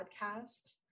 podcast